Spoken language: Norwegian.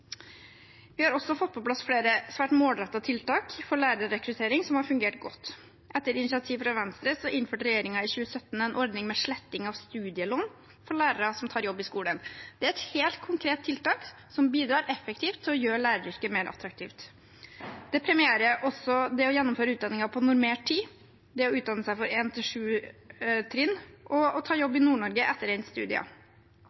Vi har også fått på plass flere svært målrettede tiltak for lærerrekruttering som har fungert godt. Etter initiativ fra Venstre innførte regjeringen i 2017 en ordning med sletting av studielån for lærere som tar jobb i skolen. Det er et helt konkret tiltak som bidrar effektivt til å gjøre læreryrket mer attraktivt. Vi premierer også det å gjennomføre utdanningen på normert tid, det å utdanne seg for 1.–7. trinn og å ta jobb